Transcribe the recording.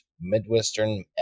Midwestern